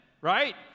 right